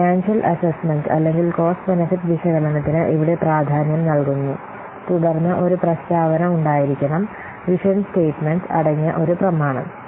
financial assessment അല്ലെങ്കിൽ cost benefit വിശകലനത്തിന് ഇവിടെ പ്രാധാന്യം നൽകുന്നു തുടർന്ന് ഒരു പ്രസ്താവന ഉണ്ടായിരിക്കണം വിഷൻ സ്റ്റേറ്റ്മെന്റ് അടങ്ങിയ ഒരു പ്രമാണം